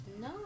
No